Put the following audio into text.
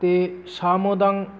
ते सामोदं